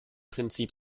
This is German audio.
prinzip